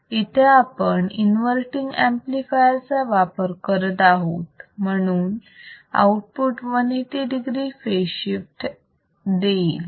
इथे आपण inverting amplifier चा वापर करत आहोत म्हणून आउटपुट 180 degree फेज शिफ्ट देईल